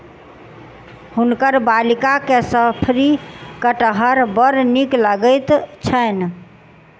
हुनकर बालिका के शफरी कटहर बड़ नीक लगैत छैन